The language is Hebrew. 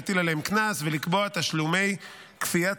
להטיל עליהם קנס ולקבוע תשלומי כפיית